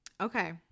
Okay